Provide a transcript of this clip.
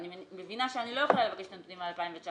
אני מבינה שאני לא יכולה לבקש את הנתונים מ-2019,